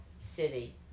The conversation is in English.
city